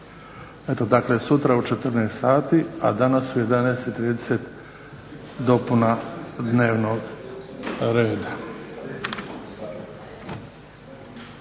Eto dakle, sutra u 14 sati, a danas u 11,30 dopuna dnevnog reda.